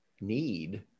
need